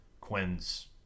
Quinn's